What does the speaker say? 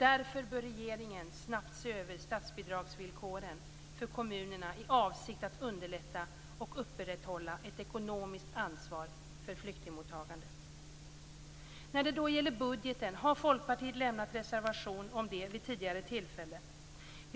Därför bör regeringen snabbt se över villkoren för statsbidrag till kommunerna i avsikt att underlätta och upprätthålla ett ekonomiskt ansvar för flyktingmottagandet. När det då gäller budgeten har Folkpartiet lämnat reservation om det vid tidigare tillfälle.